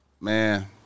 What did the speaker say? Man